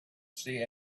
see